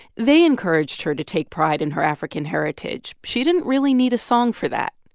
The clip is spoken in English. they encouraged her to take pride in her african heritage. she didn't really need a song for that,